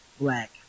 Black